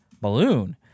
Balloon